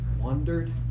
wondered